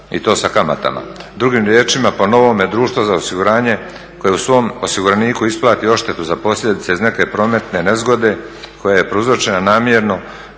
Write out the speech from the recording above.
i to sa kamatama.